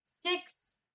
six